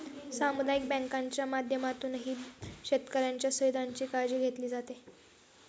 सामुदायिक बँकांच्या माध्यमातूनही शेतकऱ्यांच्या सुविधांची काळजी घेतली जाते